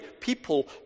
people